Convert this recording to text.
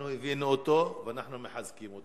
אנחנו הבאנו אותו ואנחנו מחזקים אותו,